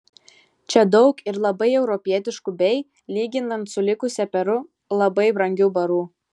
čia daug ir labai europietiškų bei lyginant su likusia peru labai brangių barų